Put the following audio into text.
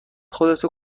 خودتو